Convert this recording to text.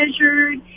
measured